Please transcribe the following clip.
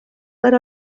per